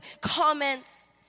comments